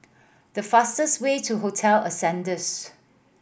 the fastest way to Hotel Ascendere